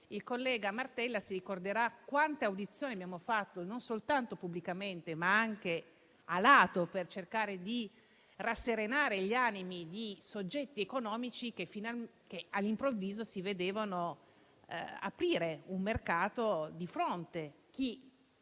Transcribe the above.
Il collega Martella ricorderà quante audizioni abbiamo fatto, non soltanto pubblicamente, ma anche *a latere*, per cercare di rasserenare gli animi di soggetti economici che, all'improvviso, si vedevano aprire di fronte